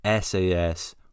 SAS